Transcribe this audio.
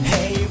Hey